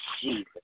Jesus